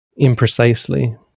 imprecisely